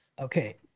okay